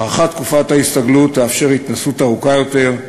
הארכת תקופת ההסתגלות תאפשר התנסות ארוכה יותר,